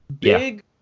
big